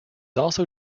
also